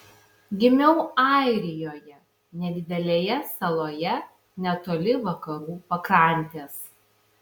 gimiau airijoje nedidelėje saloje netoli vakarų pakrantės